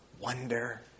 Wonder